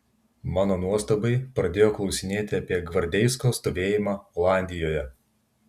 mano nuostabai pradėjo klausinėti apie gvardeisko stovėjimą olandijoje